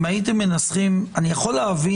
אני יכול להבין